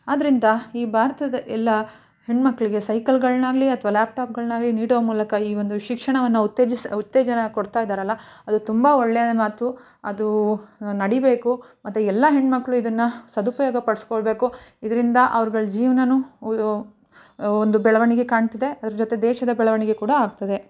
ಆದ್ದರಿಂದ ಈ ಭಾರತದ ಎಲ್ಲ ಹೆಣ್ಣುಮಕ್ಳಿಗೆ ಸೈಕಲ್ಗಳ್ನಾಗಲೀ ಅಥ್ವಾ ಲ್ಯಾಪ್ಟಾಪ್ಗಳ್ನಾಗಲೀ ನೀಡುವ ಮೂಲಕ ಈ ಒಂದು ಶಿಕ್ಷಣವನ್ನು ಉತ್ತೇಜಿಸ ಉತ್ತೇಜನ ಕೊಡ್ತಾ ಇದ್ದಾರಲ್ಲ ಅದು ತುಂಬ ಒಳ್ಳೆಯ ಮಾತು ಅದೂ ನಡಿಬೇಕು ಮತ್ತು ಎಲ್ಲ ಹೆಣ್ಣುಮಕ್ಳು ಇದನ್ನು ಸದುಪಯೋಗ ಪಡಿಸ್ಕೊಳ್ಬೇಕು ಇದರಿಂದ ಅವ್ರುಗಳ ಜೀವನಾನು ಒಂದು ಬೆಳವಣಿಗೆ ಕಾಣ್ತದೆ ಅದರ ಜೊತೆ ದೇಶದ ಬೆಳವಣಿಗೆ ಕೂಡ ಆಗ್ತದೆ